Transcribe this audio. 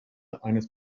eines